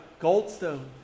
Goldstone